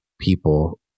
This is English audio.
people